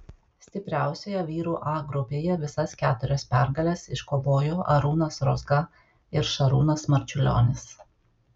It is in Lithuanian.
stipriausioje vyrų a grupėje visas keturias pergales iškovojo arūnas rozga ir šarūnas marčiulionis